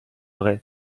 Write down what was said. vrai